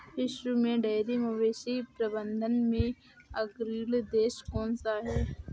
विश्व में डेयरी मवेशी प्रबंधन में अग्रणी देश कौन सा है?